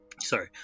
sorry